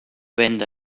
venda